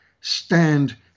stand